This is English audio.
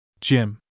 jim